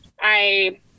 I-